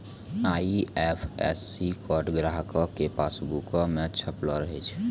IFSC code ग्राहको के पासबुको पे छपलो रहै छै